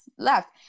left